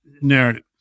narrative